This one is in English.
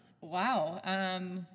Wow